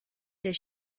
does